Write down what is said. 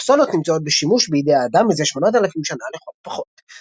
רפסודות נמצאות בשימוש בידי האדם מזה 8,000 שנה לכל הפחות.